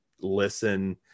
listen